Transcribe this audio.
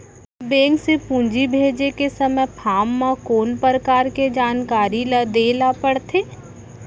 Bank से पूंजी भेजे के समय फॉर्म म कौन परकार के जानकारी ल दे ला पड़थे?